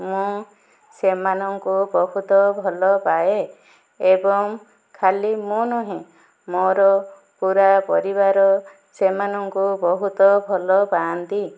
ମୁଁ ସେମାନଙ୍କୁ ବହୁତ ଭଲପାଏ ଏବଂ ଖାଲି ମୁଁ ନୁହେଁ ମୋର ପୂରା ପରିବାର ସେମାନଙ୍କୁ ବହୁତ ଭଲ ପାଆନ୍ତି